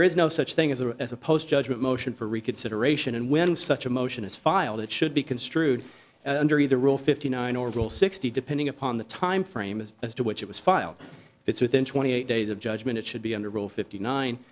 there is no such thing as a as a post judgment motion for reconsideration and when such a motion is filed it should be construed under either rule fifty nine or rule sixty depending upon the time frame is as to which it was filed it's within twenty eight days of judgment it should be under rule fifty nine